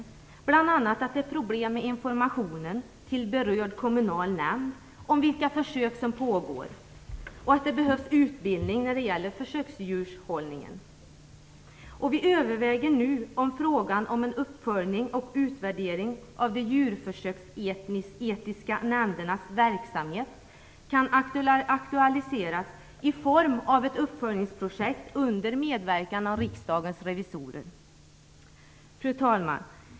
Det är bl.a. problem med informationen till berörda kommunala nämnder om vilka försök som pågår, och det behövs utbildning när det gäller försöksdjurshållningen. Vi överväger nu om frågan om en uppföljning och utvärdering av de djurförsöksetiska nämndernas verksamhet kan aktualiseras i form av ett uppföljningsprojekt under medverkan av riksdagens revisorer. Fru talman!